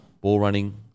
ball-running